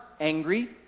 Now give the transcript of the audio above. angry